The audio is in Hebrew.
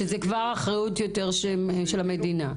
זאת כבר יותר אחריות של המדינה.